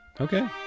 Okay